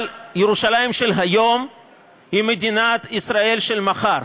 אבל ירושלים של היום היא מדינת ישראל של מחר.